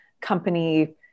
company